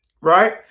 Right